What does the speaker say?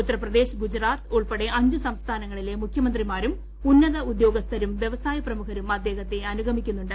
ഉത്തർപ്രദേശ് ഗുജറാത്ത് ഉൾപ്പെടെ അഞ്ച് സംസ്ഥാനങ്ങളിലെ മുഖ്യമന്ത്രിമാരും ഉന്നത ഉദ്യോഗസ്ഥരും വ്യവസായ പ്രമുഖരും അദ്ദേഹത്ത അനുഗമിക്കു ന്നുണ്ട്